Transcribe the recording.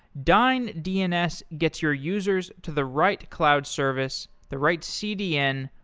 dyn dns gets your users to the right cloud service, the right cdn,